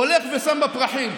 הולך ושם בה פרחים.